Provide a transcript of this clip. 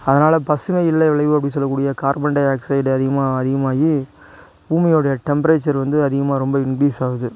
அதனால பசுமை இல்லை விளைவு அப்டினு சொல்லக்கூடிய கார்பன்டை ஆக்ஸைட் அதிகமாக அதிகமாகி பூமியோடைய டெம்ப்ரேச்சர் வந்து அதிகமாக ரொம்ப இன்க்ரீஸ் ஆகுது